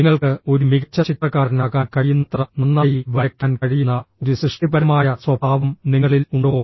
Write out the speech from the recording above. നിങ്ങൾക്ക് ഒരു മികച്ച ചിത്രകാരനാകാൻ കഴിയുന്നത്ര നന്നായി വരയ്ക്കാൻ കഴിയുന്ന ഒരു സൃഷ്ടിപരമായ സ്വഭാവം നിങ്ങളിൽ ഉണ്ടോ